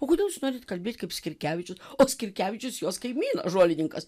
o kodėl jūs norit kalbėt kaip skirkevičius o skirkevičius jos kaimynasžolininkas